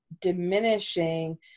diminishing